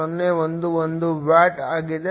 011 watt ಆಗಿದೆ